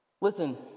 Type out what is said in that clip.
Listen